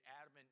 Adam